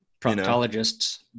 proctologists